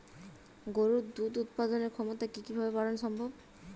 গরুর দুধ উৎপাদনের ক্ষমতা কি কি ভাবে বাড়ানো সম্ভব?